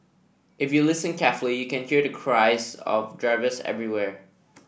if you listen carefully you can hear the cries of drivers everywhere